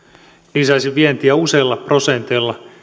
lisäisi vientiä useilla prosenteilla